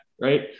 right